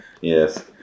Yes